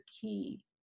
key